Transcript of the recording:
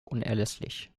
unerlässlich